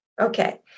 okay